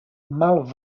mal